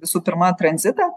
visų pirma tranzitą